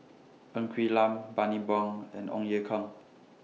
Ng Quee Lam Bani Buang and Ong Ye Kung